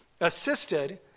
assisted